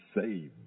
saved